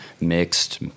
mixed